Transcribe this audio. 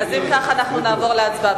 אם כך, נעבור להצבעה.